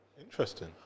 Interesting